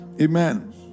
Amen